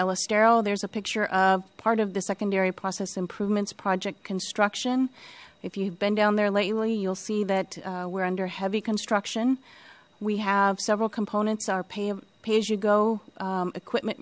ellis tarot there's a picture of part of the secondary process improvements project construction if you've been down there lately you'll see that we're under heavy construction we have several components our pay of pay as you go equipment